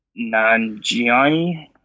Nanjiani